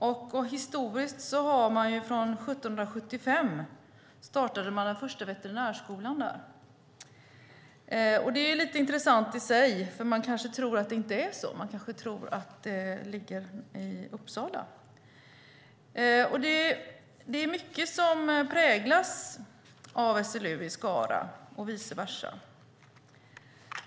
Man startade den första veterinärskolan där 1775. Det är lite intressant i sig, för man kanske tror att det inte är så - man kanske tror att det ligger i Uppsala. Det är mycket som präglas av SLU i Skara och vice versa.